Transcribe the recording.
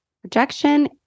Projection